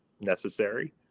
necessary